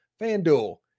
FanDuel